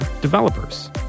developers